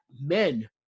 men